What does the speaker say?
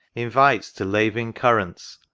invites to laving currents,